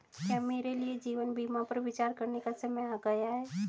क्या मेरे लिए जीवन बीमा पर विचार करने का समय आ गया है?